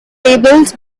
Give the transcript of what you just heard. tables